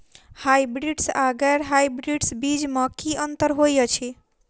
Hybrids आ गैर hybrids बीज म की अंतर होइ अछि?